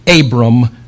Abram